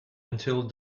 until